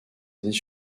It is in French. années